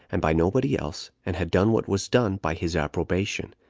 and by nobody else, and had done what was done by his approbation,